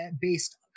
based